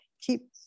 keep